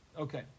okay